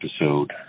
episode